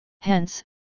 Hence